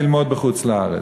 ללמוד בחוץ-לארץ.